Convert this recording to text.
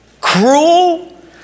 cruel